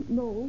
no